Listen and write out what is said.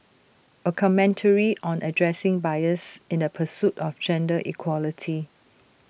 A commentary on addressing bias in the pursuit of gender equality